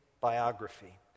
biography